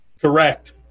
Correct